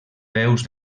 veus